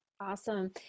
Awesome